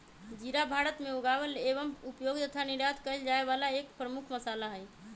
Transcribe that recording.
जीरा भारत में उगावल एवं उपयोग तथा निर्यात कइल जाये वाला एक प्रमुख मसाला हई